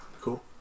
Cool